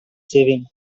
saving